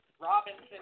Robinson